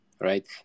right